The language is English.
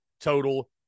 total